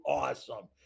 awesome